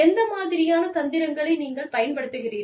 எந்த மாதிரியான தந்திரங்களை நீங்கள் பயன்படுத்துகிறீர்கள்